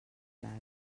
clara